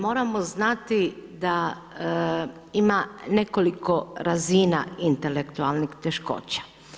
Moramo znati da ima nekoliko razina intelektualnih teškoća.